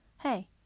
Hey